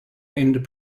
end